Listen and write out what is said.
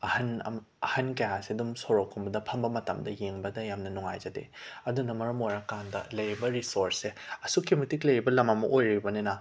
ꯑꯍꯟ ꯑꯝ ꯑꯍꯟ ꯀꯌꯥꯁꯦ ꯑꯗꯨꯝ ꯁꯣꯔꯣꯛꯀꯨꯝꯕꯗ ꯐꯝꯕ ꯃꯇꯝꯗ ꯌꯦꯡꯕꯗ ꯌꯥꯝꯅ ꯅꯨꯡꯉꯥꯏꯖꯗꯦ ꯑꯗꯨꯅ ꯃꯔꯝ ꯑꯣꯏꯔꯀꯥꯟꯗ ꯂꯩꯔꯤꯕ ꯔꯤꯁꯣꯔꯁꯁꯦ ꯑꯁꯨꯛꯀꯤ ꯃꯇꯤꯛ ꯂꯩꯔꯤꯕ ꯂꯝ ꯑꯃ ꯑꯣꯏꯔꯤꯕꯅꯤꯅ